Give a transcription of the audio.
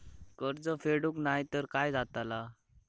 कर्ज फेडूक नाय तर काय जाताला?